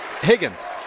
Higgins